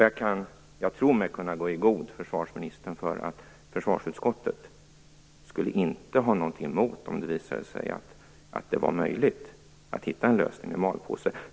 Jag tror mig, försvarsministern, kunna gå i god för att försvarsutskottet inte skulle ha någonting emot om det visade sig vara möjligt att hitta en lösning, t.ex. med malpåse.